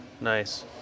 Nice